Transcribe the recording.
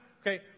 Okay